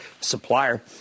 supplier